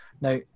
now